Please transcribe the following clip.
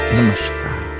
Namaskar